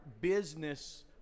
business